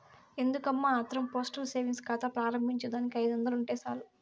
ఎందుకమ్మా ఆత్రం postal savings కాతా ప్రారంబించేదానికి ఐదొందలుంటే సాలు